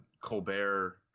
Colbert